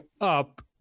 up